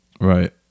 Right